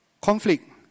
conflict